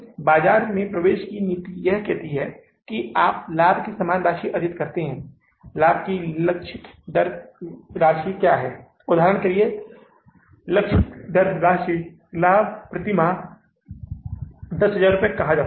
अब आप फिर से इसका पूरा जोड़ करते हैं और पता लगाने की कोशिश करते हैं यह एक आंकड़ा है जो कुल संग्रह है और ये कुल भुगतान हैं चार खातों पर आप शुद्ध शेष राशि कैसे ढूंढेंगे मैंने जो यहां लिखा है वह है शुद्ध नकद प्राप्ति संवितरण